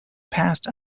passed